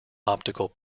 optical